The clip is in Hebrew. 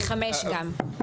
ו-(5) גם.